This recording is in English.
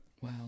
Wow